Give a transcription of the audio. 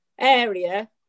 area